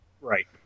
Right